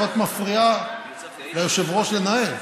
את מפריעה ליושב-ראש לנהל.